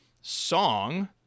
song